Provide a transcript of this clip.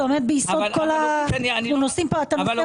זה עומד ביסוד, אתה נושא פה באחריות.